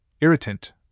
irritant